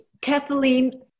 Kathleen